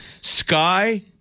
sky